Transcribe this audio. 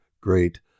great